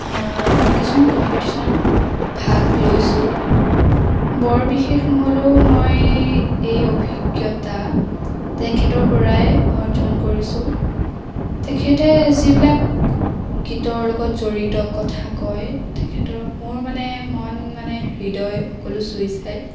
কিছুমান কম্পিটিশ্যনত ভাগ লৈছোঁ বৰ বিশেষ নহ'লেও মই এই অভিজ্ঞতা তেখেতৰ পৰাই অৰ্জন কৰিছোঁ তেখেতে যিবিলাক গীতৰ লগত জড়িত কথা কয় তেখেতৰ মোৰ মানে মন মানে হৃদয় সকলো চুই যায়